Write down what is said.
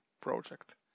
project